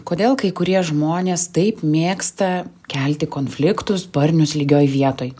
kodėl kai kurie žmonės taip mėgsta kelti konfliktus barnius lygioj vietoj